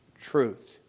Truth